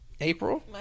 April